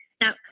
now